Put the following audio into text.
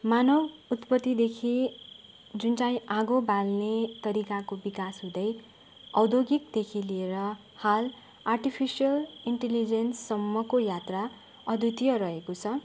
मानव उत्पत्तिदेखि जुनचाहिँ आगो बाल्ने तरिकाको विकास हुँदै अद्यौगिकदेखि लिएर हाल आर्टिफिसियल इन्टिलिजेन्ससम्मको यात्रा अद्वितीय रहेको छ